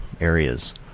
areas